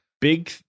big